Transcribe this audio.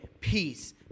peace